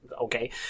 okay